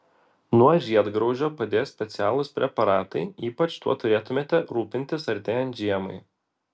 nuo žiedgraužio padės specialūs preparatai ypač tuo turėtumėte rūpintis artėjant žiemai